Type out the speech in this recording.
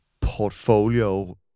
portfolio